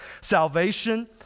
salvation